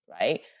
right